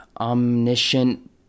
omniscient